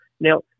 Now